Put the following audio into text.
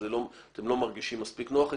או שאתם לא מרגישים מספיק נוח איתם,